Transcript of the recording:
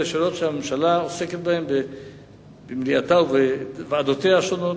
אלה שאלות שהממשלה עוסקת בהן במליאתה ובוועדותיה השונות,